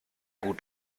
gut